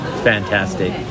fantastic